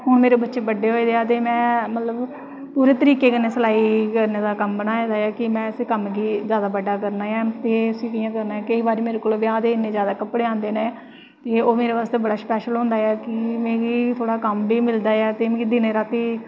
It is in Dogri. हून मेरे बच्चे बड्डे होई दे ऐ ते में मतलब पूरे तरीके कन्नै कम्म करने दा बनाए दा ऐ कि में उस कम्म गी बड्डा करना ऐ ते उस्सी कि'यां करना ऐ कोई बारी मेरे कोल इन्ने जादा कपड़े आंदे ऐं ते ओह् मेरे बास्तै बड़ा स्पैशल होंदा ऐ कि मिगी थोह्ड़ा कम्म बी मिलदा ऐ ते मिगी दिनैं रातीं